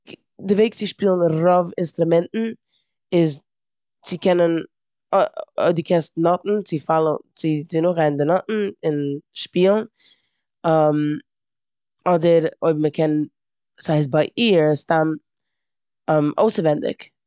ק- די וועג צו שפילן רובאינסטראמענטן איז צו קענען נאטן, צו פאלאון, צו- צו נאכגיין די נאטן און שפילן. אדער אויב מ'קען ס'הייסט ביי עיר, סתם אויסעווענדיג.